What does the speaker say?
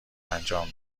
انجام